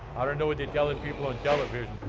i don't know what they're telling people on television.